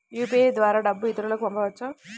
UPI ద్వారా డబ్బు ఇతరులకు పంపవచ్చ?